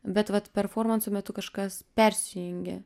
bet vat performanso metu kažkas persijungia